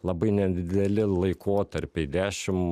labai nedideli laikotarpiai dešim